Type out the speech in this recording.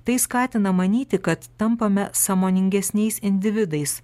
tai skatina manyti kad tampame sąmoningesniais individais